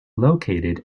located